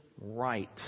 right